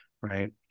Right